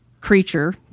creature